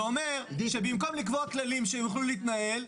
זה אומר שבמקום לקבוע כללים שיוכלו להתנהל,